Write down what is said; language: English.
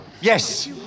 Yes